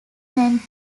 meant